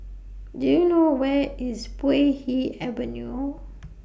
Do YOU know Where IS Puay Hee Avenue